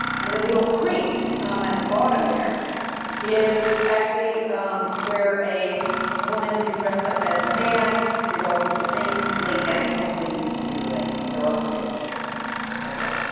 and the little creek at the bottom there is actually where a woman who dressed up as a man did all sorts of things, laid down. so hopefully you can see her legs. there are other things there as well.